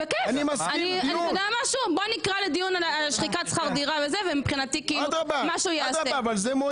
בוא לדיון על שחיקת שכר דירה ומבחינתי כאילו משהו ייעשה.